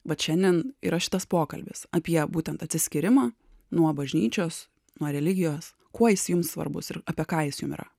vat šiandien yra šitas pokalbis apie būtent atsiskyrimą nuo bažnyčios nuo religijos kuo jis jums svarbus ir apie ką jis jum yra